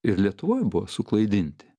ir lietuvoj buvo suklaidinti